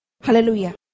Hallelujah